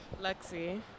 Lexi